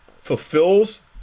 fulfills